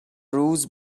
روز